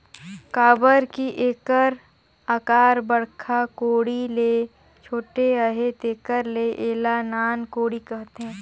काबर कि एकर अकार बड़खा कोड़ी ले छोटे अहे तेकर ले एला नान कोड़ी कहथे